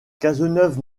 cazeneuve